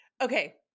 Okay